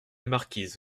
marquise